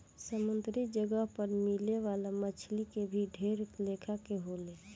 समुंद्री जगह पर मिले वाला मछली के भी ढेर लेखा के होले